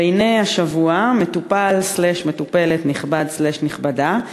והנה השבוע: מטופל/מטופלת נכבד/נכבדה,